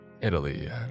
Italy